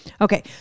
Okay